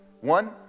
One